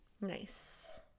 Nice